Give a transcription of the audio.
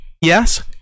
Yes